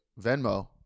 Venmo